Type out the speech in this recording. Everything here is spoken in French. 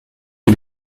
que